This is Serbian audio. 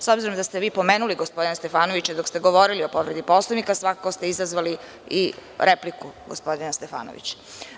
S obzirom da ste vi pomenuli gospodina Stefanovića dok ste govorili o povredi Poslovnika, svakako ste izazvali repliku gospodina Stefanovića.